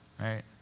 right